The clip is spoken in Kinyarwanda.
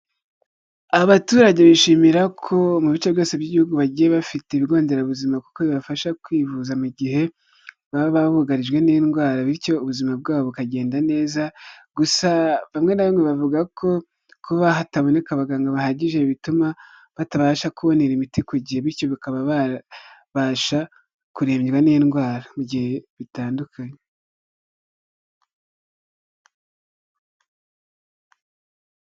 Abaturage bishimira ko mu bice byose by'igihugu bagiye bafite ibigo nderabuzima kuko bibafasha kwivuza mu gihe baba bugarijwe n'indwara, bityo ubuzima bwabo bukagenda neza, gusa bamwe na bamwe bavuga ko kuba hataboneka abaganga bahagije bituma batabasha kubonera imiti ku gihe, bityo bakaba babasha kurembywa n'indwara mu gihe bitandukanye.